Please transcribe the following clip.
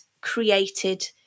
created